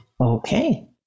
Okay